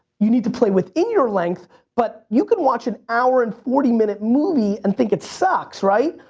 you need to play within your length but you can watch an hour and forty-minute movie and think it sucks, right?